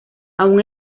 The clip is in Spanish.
aún